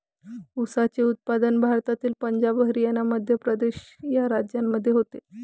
ऊसाचे उत्पादन भारतातील पंजाब हरियाणा मध्य प्रदेश या राज्यांमध्ये होते